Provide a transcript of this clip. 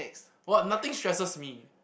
what nothing stresses me